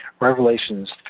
Revelations